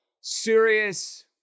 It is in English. serious